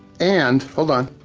and, hold on,